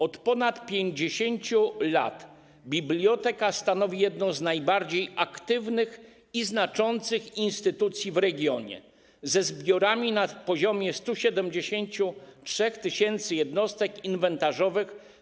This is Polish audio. Od ponad 50 lat biblioteka stanowi jedną z najbardziej aktywnych i znaczących instytucji w regionie, ze zbiorami na poziomie 173 tys. jednostek inwentarzowych.